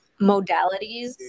modalities